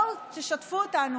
בואו תשתפו אותנו.